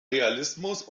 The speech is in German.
realismus